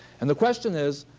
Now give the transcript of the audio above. and the question is,